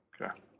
Okay